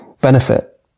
benefit